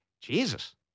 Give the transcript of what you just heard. Jesus